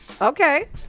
Okay